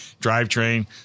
drivetrain